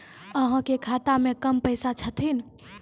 अहाँ के खाता मे कम पैसा छथिन?